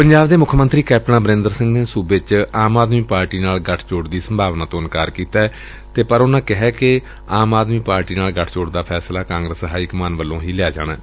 ਪੰਜਾਬ ਦੇ ਮੁੱਖ ਮੰਤਰੀ ਕੈਪਟਨ ਅਮਰੰਦਰ ਸਿੰਘ ਨੇ ਸੁਬੇ ਵਿਚ ਆਮ ਆਦਮੀ ਪਾਰਟੀ ਦੇ ਨਾਲ ਗਠਜੋੜ ਦੀ ਸੰਭਾਵਨਾ ਤੋ ਇਨਕਾਰ ਕੀਤੈ ਪਰ ਇਸ ਦੇ ਨਾਲ ਹੀ ਕਿਹਾ ਕਿ ਆਮ ਆਦਮੀ ਪਾਰਟੀ ਨਾਲ ਗਠਜੋੜ ਦਾ ਫੈਸਲਾ ਕਾਂਗਰਸ ਹਾਈਕਮਾਂਡ ਵੱਲੋਂ ਲਿਆ ਜਾਣਾ ਏ